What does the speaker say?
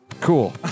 Cool